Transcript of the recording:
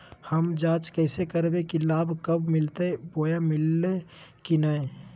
हम जांच कैसे करबे की लाभ कब मिलते बोया मिल्ले की न?